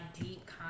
deep